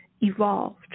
evolved